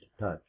touch